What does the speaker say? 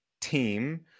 team